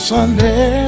Sunday